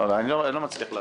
אני לא מצליח להבין.